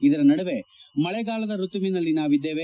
ಇದರ ನಡುವೆ ಮಳೆಗಾಲದ ಋತುವಿನಲ್ಲಿ ನಾವಿದ್ದೇವೆ